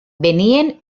venien